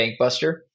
Bankbuster